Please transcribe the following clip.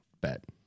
bet